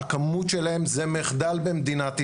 הכמות שלהם זה מחדל במדינת ישראל,